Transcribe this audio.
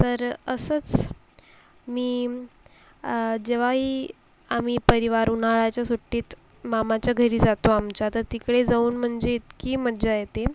तर असंच मी जेव्हाही आम्ही परिवार उन्नाळ्याच्या सुट्टीत मामाच्या घरी जातो आमच्या तर तिकडे जाऊन मंजे इतकी मज्जा येते